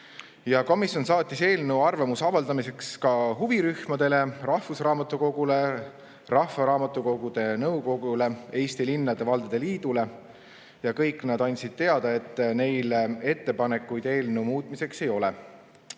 Komisjon saatis eelnõu arvamuse avaldamiseks ka huvirühmadele: Eesti Rahvusraamatukogule, Rahvaraamatukogude Nõukogule ning Eesti Linnade ja Valdade Liidule. Kõik nad andsid teada, et neil ettepanekuid eelnõu muutmiseks ei